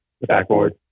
backboard